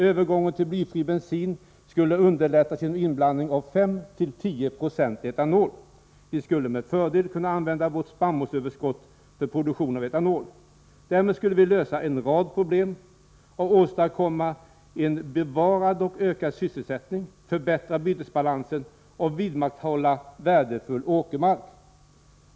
Övergången till blyfri bensin skulle underlättas genom inblandning av 5-10 96 etanol. Vi skulle med fördel kunna använda vårt spannmålsöverskott för produktion av etanol. Därmed skulle vi lösa en rad problem och åstadkomma en bevarad och ökad sysselsättning, förbättra bytesbalansen och bibehålla värdefull åkermark.